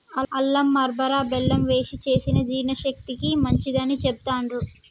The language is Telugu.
అల్లం మురబ్భ బెల్లం వేశి చేసిన జీర్ణశక్తికి మంచిదని చెబుతాండ్రు